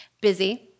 busy